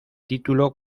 título